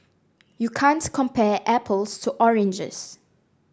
you can't compare apples to oranges